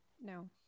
No